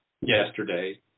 yesterday